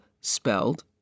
spelled